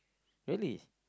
really